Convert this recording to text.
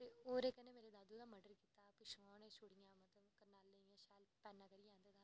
ते ओह्दे कन्नै मेरे दादू दा मर्डर कीता हा ते ओह्दियां छुड़ियां शैल पैैना करियै आह्ने दा हा